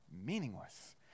meaningless